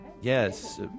Yes